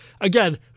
Again